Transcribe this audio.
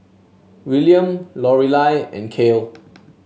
William Lorelai and Kale